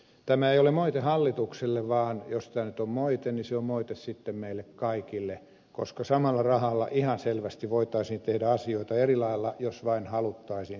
tämä ei ole moite hallitukselle vaan jos tämä nyt on moite niin se on moite sitten meille kaikille koska samalla rahalla ihan selvästi voitaisiin tehdä asioita eri lailla jos vain haluttaisiin